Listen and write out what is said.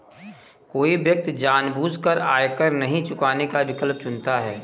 कोई व्यक्ति जानबूझकर आयकर नहीं चुकाने का विकल्प चुनता है